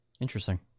Interesting